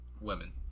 Women